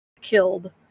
killed